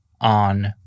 on